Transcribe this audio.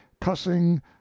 cussing